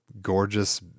gorgeous